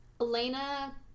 Elena